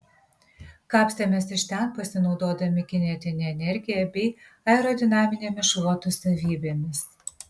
kapstėmės iš ten pasinaudodami kinetine energija bei aerodinaminėmis šluotų savybėmis